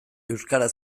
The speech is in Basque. euskara